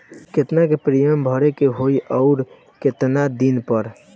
केतना के प्रीमियम भरे के होई और आऊर केतना दिन पर?